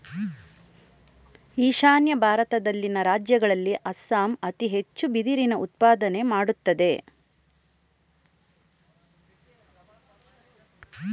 ಈಶಾನ್ಯ ಭಾರತದಲ್ಲಿನ ರಾಜ್ಯಗಳಲ್ಲಿ ಅಸ್ಸಾಂ ಅತಿ ಹೆಚ್ಚು ಬಿದಿರಿನ ಉತ್ಪಾದನೆ ಮಾಡತ್ತದೆ